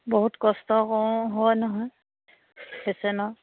বহুত কষ্ট কৰোঁ হয় নহয় পেচেন্টৰ